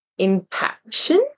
impaction